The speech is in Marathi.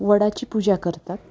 वडाची पूजा करतात